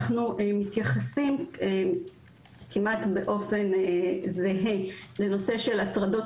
אנחנו מתייחסים כמעט באופן זהה לנושא של הטרדות